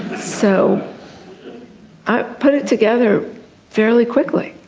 so i put it together fairly quickly.